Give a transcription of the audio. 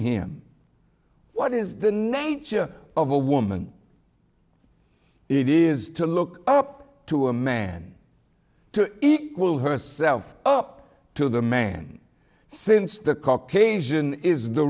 him what is the nature of a woman it is to look up to a man to equal herself up to the man since the caucasian is the